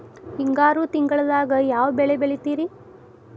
ಹಿಂಗಾರು ತಿಂಗಳದಾಗ ಯಾವ ಬೆಳೆ ಬೆಳಿತಿರಿ?